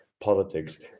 politics